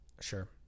Sure